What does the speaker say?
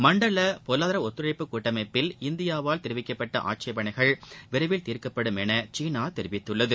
மண்டல பொருளாதார ஒத்துழைப்பு கூட்டமைப்பில் இந்தியாவால் தெரிவிக்கப்பட்ட ஆட்சேபனைகள் விரைவில் தீர்க்கப்படுமென சீனா தெரிவித்துள்ளது